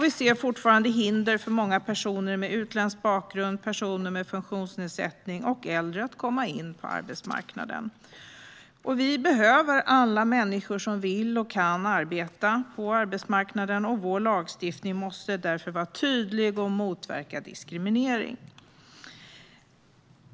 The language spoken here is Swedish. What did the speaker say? Vi ser fortfarande hinder för många personer med utländsk bakgrund, personer med funktionsnedsättning och äldre att komma in på arbetsmarknaden. Vi behöver alla människor som vill och kan arbeta på arbetsmarknaden. Vår lagstiftning måste därför vara tydlig och motverka diskriminering.